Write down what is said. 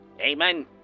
Amen